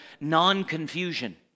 non-confusion